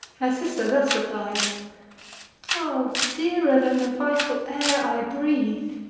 her sister thus replies o dearer than the vital air i breathe,